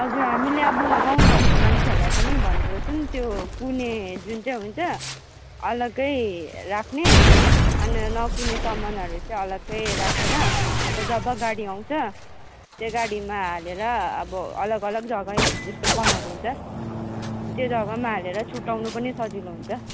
हजुर हामीले अब गाउँघरको मान्छेहरूलाई पनि भनेको छौँ त्यो कुहुने जुन चाहिँ हुन्छ अलग्गै राख्ने अन्त नकुहुने सामानहरू अलग्गै राखेर अब जब गाडी आउँछ त्यो गाडीमा हालेर अब अलग अलग जग्गै जस्तो बनाएको हुन्छ त्यो जग्गामा हालेर छुट्याउनु पनि सजिलो हुन्छ